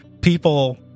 people